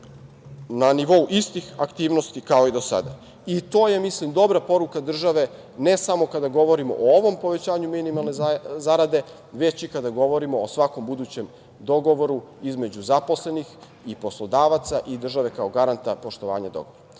na nivou istih aktivnosti kao i do sada. To je dobra poruka države, ne samo kada govorimo o ovom povećanju minimalne zarade, već i kada govorimo o svakom budućem dogovoru između zaposlenih i poslodavaca i države kao garanta poštovanja